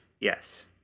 yes